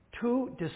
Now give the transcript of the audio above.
Two